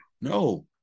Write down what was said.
No